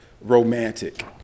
romantic